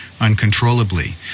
uncontrollably